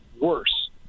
worse